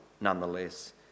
nonetheless